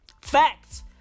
Facts